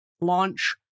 launch